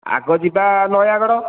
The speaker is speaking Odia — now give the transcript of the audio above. ଆଗ ଯିବା ନୟାଗଡ଼